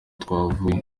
twavuye